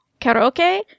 Karaoke